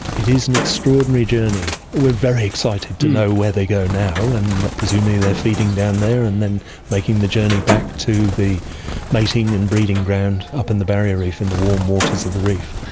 it is an extraordinary journey, we're very excited to know where they go now, and presumably they're feeding down there, and then making the journey back to the mating and breeding ground up in the barrier reef in warm waters of the reef.